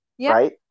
right